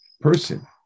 person